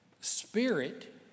Spirit